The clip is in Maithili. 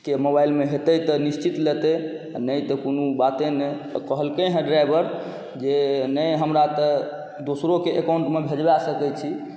के मोबाइलमे हेतै तऽ निश्चित लेतै नहि तऽ कोनो बाते नहि कहलकै हँ ड्राइवर जे नहि हमरा तऽ दोसरोके अकाउन्टमे भेजबा सकै छी